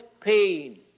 pain